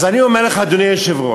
אז אני אומר, אדוני היושב-ראש,